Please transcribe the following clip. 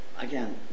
Again